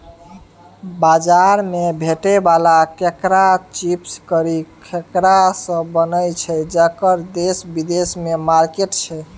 बजार मे भेटै बला केराक चिप्स करी केरासँ बनय छै जकर देश बिदेशमे मार्केट छै